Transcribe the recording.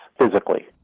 physically